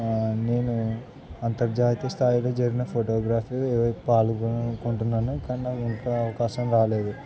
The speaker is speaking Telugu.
నేను అంతర్జాతీయ స్థాయిలో జరిగిన ఫోటోగ్రఫీ అవి పాల్గొనుకుంటున్నాను కానీ నా ఇంకా అవకాశం రాలేదు